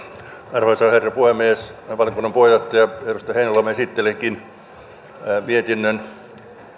arvoisa herra puhemies valiokunnan puheenjohtaja edustaja heinäluoma esittelikin mietinnön